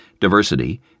diversity